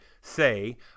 say